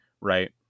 right